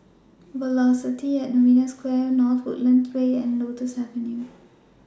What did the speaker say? Velocity At Novena Square North Woodlands Way and Lotus Avenue